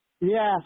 yes